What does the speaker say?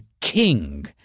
king